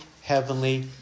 heavenly